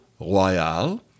Royal